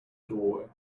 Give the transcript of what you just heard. doorway